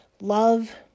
love